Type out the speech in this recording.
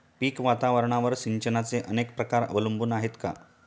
पीक वातावरणावर सिंचनाचे अनेक प्रकार अवलंबून आहेत का?